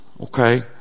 Okay